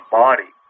body